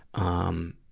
um,